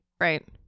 Right